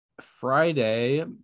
friday